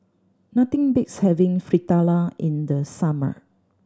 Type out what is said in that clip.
nothing beats having Fritada in the summer